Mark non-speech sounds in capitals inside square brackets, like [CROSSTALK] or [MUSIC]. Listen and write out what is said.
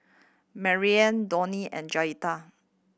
Maryanne [UNINTELLIGIBLE] and Jaeda